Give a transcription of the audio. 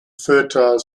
fertile